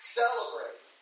celebrate